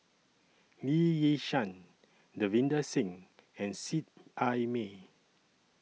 Lee Yi Shyan Davinder Singh and Seet Ai Mee